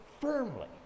firmly